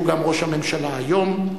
שהוא ראש הממשלה גם היום,